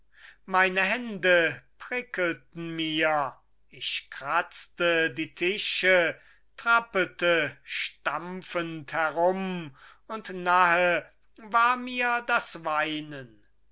meine hände prickelten mir ich kratzte die tische trappelte stampfend herum und nahe war mir das weinen